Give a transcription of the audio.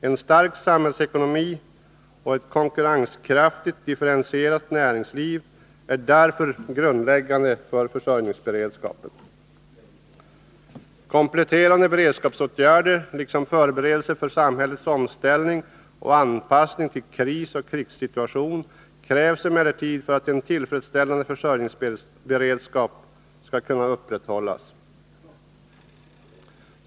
En stark samhällsekonomi och ett konkurrenskraftigt differentierat näringsliv är därför grundläggande för försörjningsberedskapen. Kompletterande beredskapsåtgärder liksom förberedelser för samhällets omställning och anpassning till krisoch krigssituationer krävs emellertid för att en tillfredsställande försörjningsberedskap skall kunna upprätthållas.